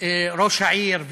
ראש העיר,